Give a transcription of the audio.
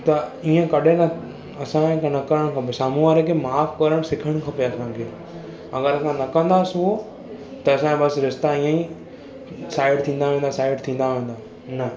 त इएं कॾंहिं न असां खे न करण खपे साम्हूं वारे खे माफ़ करे सिखणु खपे असां खे अगर असां न कंदासूं त असां जा बस रिश्ता इएं ई साइड थींदा वेंदा साइड थींदा वेंदा न